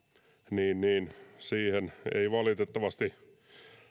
niin niin siihen ei valitettavasti